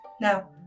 Now